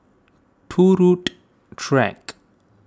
Turut Track